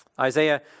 Isaiah